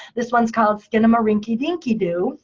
this one's called skinnamarink-a-dinky-doo.